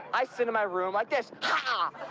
i sit in my room like this ha!